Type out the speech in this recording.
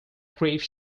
grief